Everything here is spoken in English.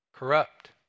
corrupt